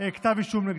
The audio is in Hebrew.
נגדם כתב אישום.